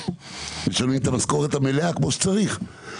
משלמים את המשכורת המלאה כמו שצריך,